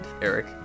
Eric